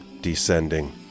descending